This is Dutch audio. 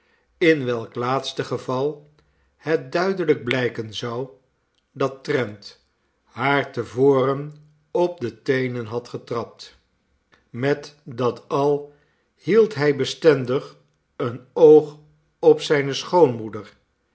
in welk laatste geval het duidelijk blijken zou dat trent haar te voren op de teenen had getrapt met dat al hield hij bestendig een oog op zijne schoonmoeder